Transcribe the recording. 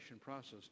process